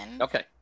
Okay